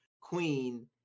queen